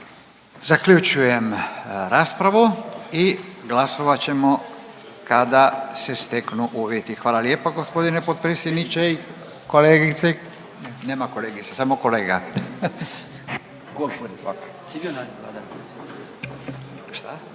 Zaključujem raspravu i glasovat ćemo kada se steknu uvjeti. Hvala lijepa g. potpredsjedniče i kolegice i, nema kolegice, samo kolega.